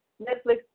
netflix